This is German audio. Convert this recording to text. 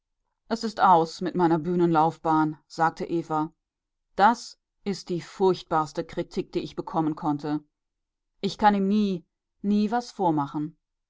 es ist aus mit meiner bühnenlaufbahn sagte eva das ist die furchtbarste kritik die ich bekommen konnte ich kann ihm nie nie was vormachen